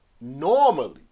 Normally